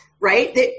Right